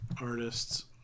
artists